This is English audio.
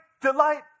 delight